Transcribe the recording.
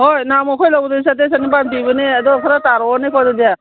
ꯍꯣꯏ ꯅꯍꯥꯟꯃꯨꯛ ꯑꯩꯈꯣꯏ ꯂꯧꯕꯗꯤ ꯆꯥꯇ꯭ꯔꯦꯠ ꯆꯅꯤꯄꯥꯜ ꯄꯤꯕꯅꯦ ꯑꯗꯣ ꯈꯔ ꯇꯥꯔꯛꯑꯣꯅꯦꯀꯣ ꯑꯗꯨꯗꯤ